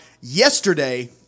yesterday